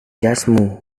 jasmu